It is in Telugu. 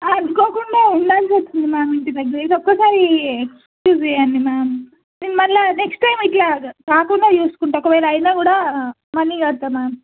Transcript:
అనుకోకుండా ఉండాల్సి వచ్చింది మ్యామ్ ఇంటి దగ్గర ఒక్కసారి ఎక్స్క్యూజ్ చేయండి మ్యామ్ మళ్ళీ నెక్స్ట్ టైం ఇలా కాకుండా చూసుకుంటాను ఒకవేళ అయినా కూడా మనీ కడతాను మ్యామ్